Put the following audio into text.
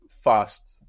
fast